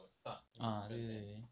ah 对对对